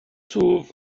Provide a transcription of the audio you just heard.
twf